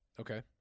Okay